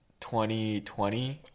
2020